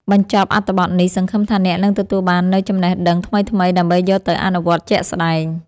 បញ្ចប់អត្ថបទនេះសង្ឃឹមថាអ្នកនឹងទទួលបាននូវចំណេះដឹងថ្មីៗដើម្បីយកទៅអនុវត្តជាក់ស្ដែង។